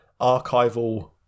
archival